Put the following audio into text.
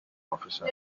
officer